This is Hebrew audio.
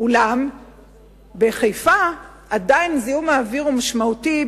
אולם בחיפה עדיין זיהום האוויר הוא משמעותי,